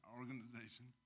organization